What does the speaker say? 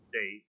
date